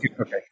okay